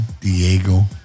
Diego